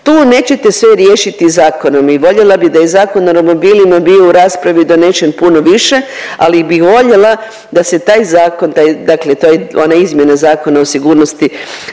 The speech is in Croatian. tu nećete sve riješiti zakonom i voljela bi da je zakon o romobilima bio u raspravi donesen puno više ali bih voljela da se taj zakon, taj, dakle one izmjene Zakona o sigurnosti